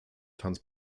tanz